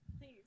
please